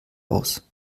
aus